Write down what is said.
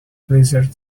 blizzard